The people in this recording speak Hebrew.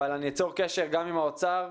אני אצור קשר גם עם האוצר,